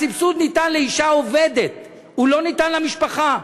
הסבסוד ניתן לאישה עובדת, הוא לא ניתן למשפחה.